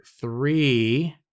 three